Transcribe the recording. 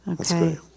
Okay